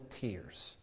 tears